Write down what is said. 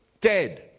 dead